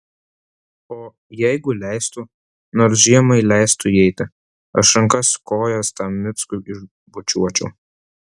o jeigu leistų nors žiemai leistų įeiti aš rankas kojas tam mickui išbučiuočiau